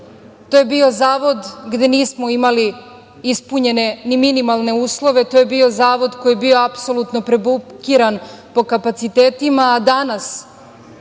To je bio zavod gde nismo imali ispunjene ni minimalne uslove. To je bio zavod koji je bio apsolutno prebukiran po kapacitetima. Danas